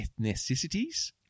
ethnicities